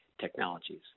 technologies